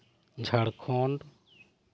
Jharkhand